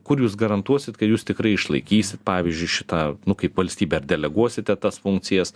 kur jūs garantuosit kad jūs tikrai išlaikysit pavyzdžiui šitą nu kaip valstybė ar deleguosite tas funkcijas